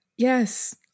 Yes